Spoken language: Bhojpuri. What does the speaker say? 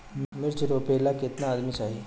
मिर्च रोपेला केतना आदमी चाही?